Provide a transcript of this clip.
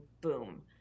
boom